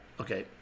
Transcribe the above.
Okay